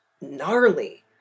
gnarly